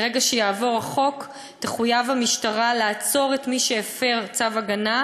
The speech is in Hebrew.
מרגע שיעבור החוק תחויב המשטרה לעצור את מי שהפר צו הגנה,